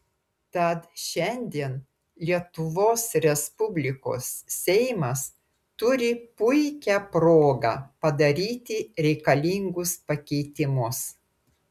tad šiandien lr seimas turi puikią progą padaryti reikalingus pakeitimus